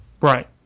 right